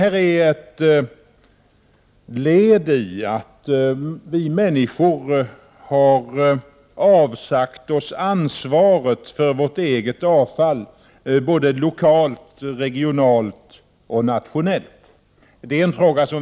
Detta är ett led i att vi människor har avsagt oss ansvaret för vårt eget avfall, lokalt, regionalt och nationellt.